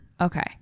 Okay